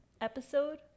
episode